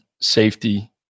safety